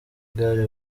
gare